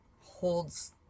holds